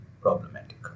problematic